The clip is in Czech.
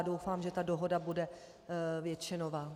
A doufám, že ta dohoda bude většinová.